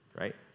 Right